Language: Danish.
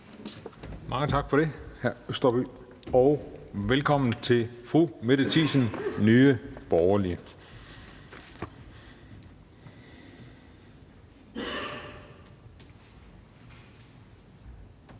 Juhl): Tak for det, hr. Østerby, og velkommen til fru Mette Thiesen, Nye Borgerlige.